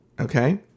Okay